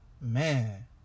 man